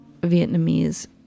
Vietnamese